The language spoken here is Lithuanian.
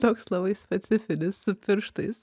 toks labai specifinis su pirštais